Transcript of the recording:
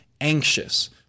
anxious